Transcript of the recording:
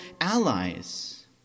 allies